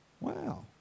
Wow